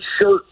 shirt